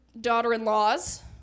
daughter-in-laws